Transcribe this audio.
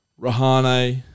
Rahane